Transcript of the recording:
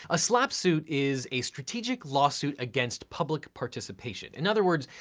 a slapp suit is a strategic lawsuit against public participation. in other words,